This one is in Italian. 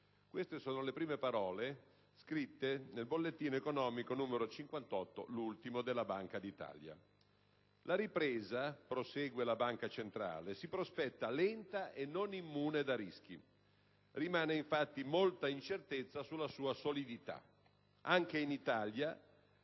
Queste sono le prime parole scritte nel bollettino economico n. 58, l'ultimo, della Banca d'Italia. La ripresa, prosegue la Banca centrale, si prospetta lenta e non immune da rischi. Rimane, infatti, molta incertezza sulla sua solidità. Anche in Italia,